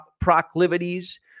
proclivities